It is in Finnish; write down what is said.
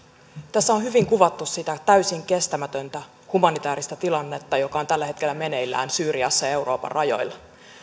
tässä on hyvin kuvattu sitä täysin kestämätöntä humanitääristä tilannetta joka on tällä hetkellä meneillään syyriassa ja euroopan rajoilla